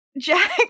Jack